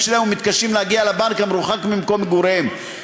שלהם ומתקשים להגיע לבנק המרוחק ממקום מגוריהם.